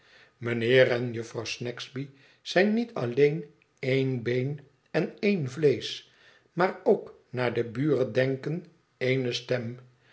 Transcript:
mijnheer en jufvrouw snagsby zijn niot alleen één been en één vleesch maar ook naar de buren denken ééne stem